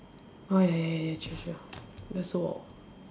oh ya ya ya ya true true then so hot